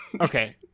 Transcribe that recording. Okay